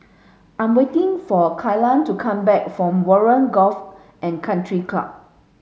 I'm waiting for Kellan to come back from Warren Golf and Country Club